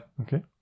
Okay